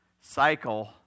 cycle